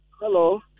Hello